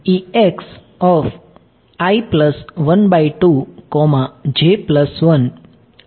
તેથી અને